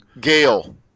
gail